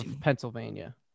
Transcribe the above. Pennsylvania